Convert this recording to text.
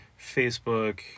Facebook